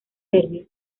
serbio